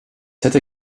hätte